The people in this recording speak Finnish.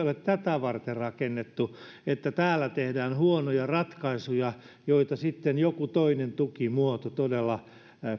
ole tätä varten rakennettu että täällä tehdään huonoja ratkaisuja joita sitten joku toinen tukimuoto todella